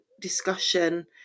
discussion